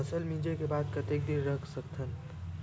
फसल मिंजे के बाद कतेक दिन रख सकथन?